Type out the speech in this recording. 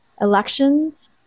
elections